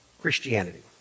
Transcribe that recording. Christianity